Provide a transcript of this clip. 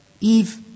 Eve